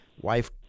wife